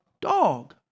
dog